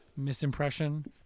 misimpression